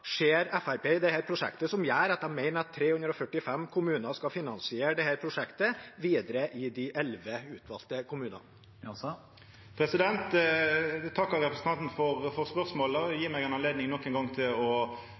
ser Fremskrittspartiet i dette prosjektet som gjør at de mener at 345 kommuner skal finansiere det videre i de elleve utvalgte kommunene? Eg takkar representanten for spørsmålet. Det gjev meg ei anledning til nok ein gong å